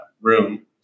room